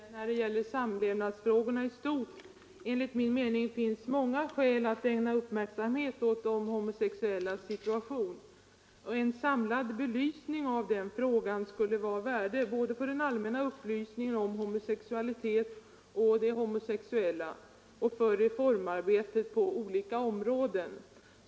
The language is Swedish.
Herr talman! Jag vill helt kort säga att det när det gäller samlevnadsfrågorna i stort finns många skäl att ägna uppmärksamhet åt de homosexuellas situation. En samlad belysning av den frågan skulle vara av värde, både för den allmänna upplysningen om homosexualitet och de homosexuella och för reformarbetet på olika områden.